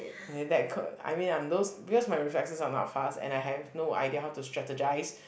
and then that could I mean I'm those because my reflexes are not fast and I have no idea how to strategise